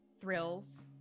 Thrills